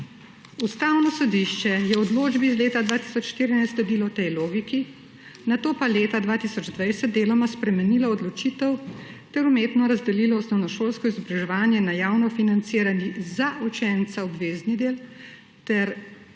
Ustavno sodišče je v odločbi iz leta 2014 sledilo tej logiki, nato pa leta 2020 deloma spremenilo odločitev ter umetno razdelilo osnovnošolsko izobraževanje na javno financirani za učence obvezni del ter na zanj